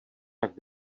jak